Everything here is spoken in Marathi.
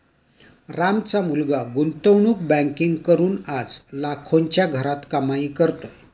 रामचा मुलगा गुंतवणूक बँकिंग करून आज लाखोंच्या घरात कमाई करतोय